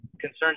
concerns